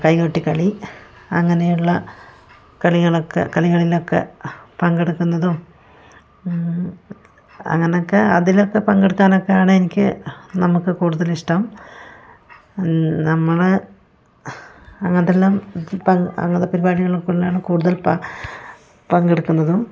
കൈകൊട്ടിക്കളി അങ്ങനെയുള്ള കളികളൊക്കെ കളികളിലൊക്കെ പങ്കെടുക്കുന്നതും അങ്ങനയൊക്കെ അതിലൊക്കെ പങ്കെടുക്കാനൊക്കെയാണ് എനിക്ക് നമുക്ക് കൂടുതലിഷ്ടം നമ്മള് അങ്ങനത്തെല്ലാം അങ്ങനത്തെ പരിപാടികൾക്കൂള്ളാണ് കൂടുതൽ പങ്കെടുക്കുന്നതും